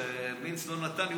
כשמינץ לא נתן לי,